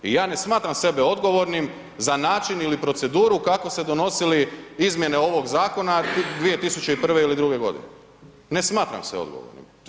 I ja ne smatram sebe odgovornim za način ili proceduru kako se donosili izmjene ovog zakona 2001. ili 2 godine, ne smatram se odgovornim.